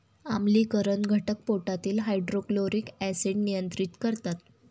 आम्लीकरण घटक पोटातील हायड्रोक्लोरिक ऍसिड नियंत्रित करतात